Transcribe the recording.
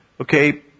Okay